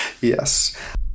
Yes